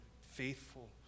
faithful